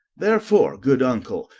therefore good vnckle,